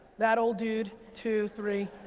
that old dude, two, three.